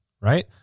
right